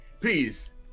Please